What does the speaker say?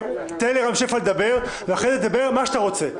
תן לרם שפע לדבר ואחרי זה תדבר על מה שאתה רוצה,